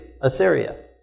Assyria